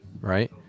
Right